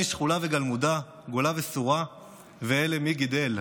שכולה וגלמודה גֹּלה וסורה ואלה מי גִדל".